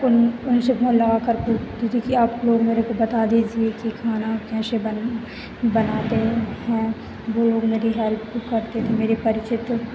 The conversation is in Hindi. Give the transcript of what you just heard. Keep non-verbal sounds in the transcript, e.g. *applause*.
उन उनसे *unintelligible* थी कि आप लोग मेरेको बता दीजिए कि खाना कैसे बन बनाते हैं वो लोग मेरी हैल्प करते थे मेरे परिचित